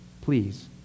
Please